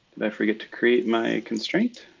did i forget to create my constraint?